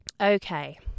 Okay